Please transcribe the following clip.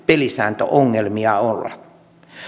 pelisääntöongelmia olla